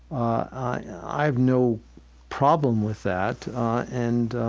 i have no problem with that and,